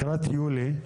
לקראת יולי,